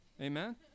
Amen